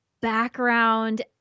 background